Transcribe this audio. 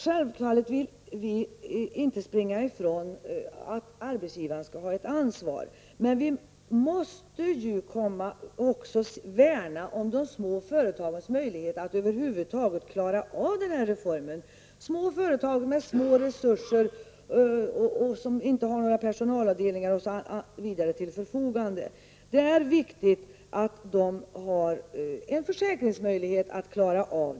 Självfallet vill vi inte springa ifrån att arbetsgivaren skall ha ett ansvar. Men vi måste också värna om de små företagens möjligheter att över huvud taget klara av reformen. Det gäller små företag med små resurser och som inte har någon personalavdelning osv. till förfogande. Det är viktigt att de har en försäkringsmöjlighet att klara reformen.